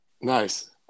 Nice